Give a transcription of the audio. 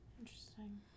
interesting